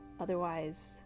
Otherwise